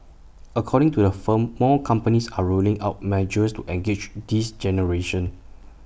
according to the firm more companies are rolling out measures to engage this generation